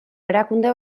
erakunde